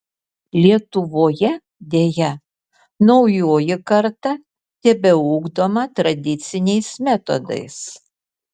lietuvoje deja naujoji karta tebeugdoma tradiciniais metodais